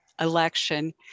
election